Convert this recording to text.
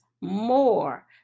more